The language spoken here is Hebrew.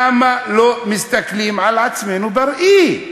למה לא מסתכלים על עצמנו בראי?